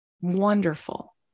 wonderful